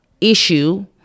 issue